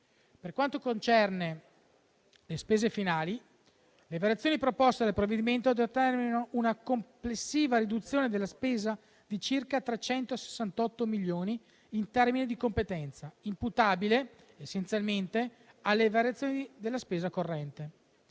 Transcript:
Per quanto concerne le spese finali, le variazioni proposte dal provvedimento determinano una complessiva riduzione della spesa di circa 368 milioni in termini di competenza, imputabile essenzialmente alle variazioni della spesa corrente.